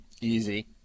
Easy